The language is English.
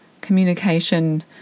communication